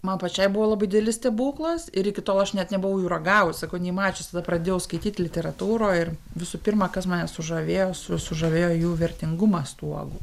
man pačiai buvo labai didelis stebuklas ir iki tol aš net nebuvau jų ragavus saukau nei mačius tada pradėjau skaityt literatūroj ir visų pirma kas mane sužavėjo su sužavėjo jų vertingumas tų uogų